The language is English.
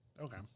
okay